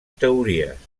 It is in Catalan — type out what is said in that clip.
teories